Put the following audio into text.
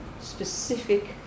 specific